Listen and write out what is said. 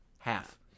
Half